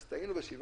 אז טעינו ב-7%,